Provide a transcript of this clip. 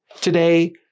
Today